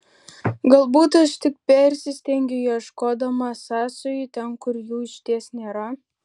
galbūt aš tik persistengiu ieškodama sąsajų ten kur jų išties nėra